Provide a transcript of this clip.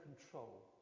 control